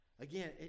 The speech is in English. Again